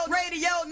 radio